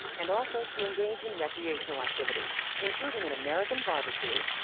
and also to engage in recreational activities, including an american barbecue,